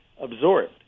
absorbed